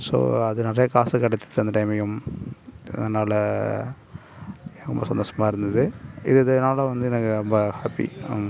so அது நிறைய காசு கிடச்சிது அந்த டைம்லேயும் அதனால எனக்கு ரொம்ப சந்தோஷமாக இருந்துது இதனால வந்து எனக்கு ரொம்ப ஹாப்பி